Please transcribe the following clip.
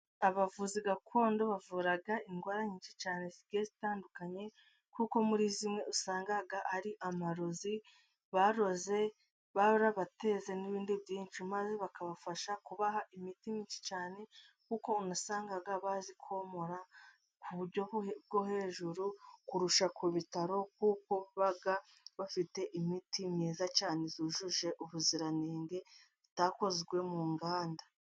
Abavuzi gakondo bavura indwara nyinshi cyane zigiye zitandukanye, kuko muri zimwe usanga ari amarozi baroze babateza n'ibindi byinshi, maze bakabafasha kubaha imiti myinshi cyane, kuko unasanga bazi komora ku buryo bwo hejuru kurusha ku bitaro, kuko baba bafite imiti myiza cyane yujuje ubuziranenge itakozwe mu nganda.